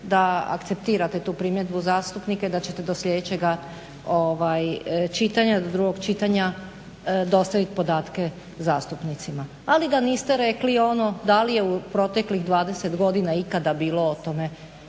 da akceptirate tu primjedbu zastupnika i da ćete do sljedećega čitanja, do drugog čitanja dostavit podatke zastupnicima, ali da niste rekli ono da li je u proteklih 20 godina ikada bilo o tome